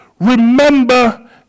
remember